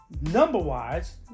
number-wise